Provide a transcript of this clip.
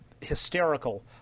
hysterical